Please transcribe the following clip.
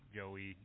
Joey